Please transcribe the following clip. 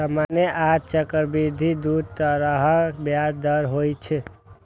सामान्य आ चक्रवृद्धि दू तरहक ब्याज दर होइ छै